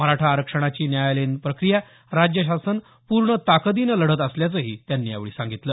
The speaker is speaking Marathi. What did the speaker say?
मराठा आरक्षणाची न्यायालयीन प्रक्रिया राज्य शासन पूर्ण ताकदीनं लढत असल्याचंही त्यांनी यावेळी सांगितलं